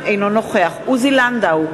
אינו נוכח עוזי לנדאו,